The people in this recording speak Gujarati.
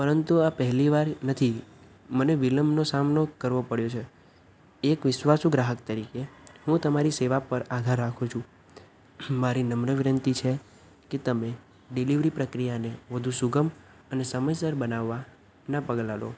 પરંતુ આ પહેલી વાર નથી મને વિલંબનો સામનો કરવો પડ્યો છે એક વિશ્વાસુ ગ્રાહક તરીકે હું તમારી સેવા પર આધાર રાખું છું મારી નમ્ર વિનંતી છે કે તમે ડિલિવરી પ્રક્રિયાને વધુ સુગમ અને સમયસર બનાવવાનાં પગલાં લો